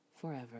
forever